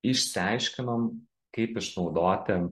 išsiaiškinom kaip išnaudoti